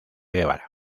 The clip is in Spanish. guevara